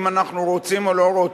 אם אנחנו רוצים או לא רוצים,